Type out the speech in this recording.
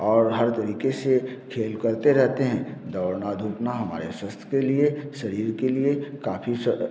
और हर तरीके से खेल करते रहते हैं दौड़ना धूपना हमारे स्वास्थ्य के लिए शरीर के लिए काफ़ी